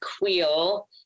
quill